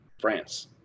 France